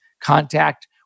contact